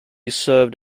served